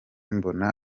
mbona